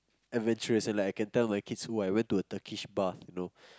adventurous and like I can tell my kids !woo! I went to a Turkish bath you know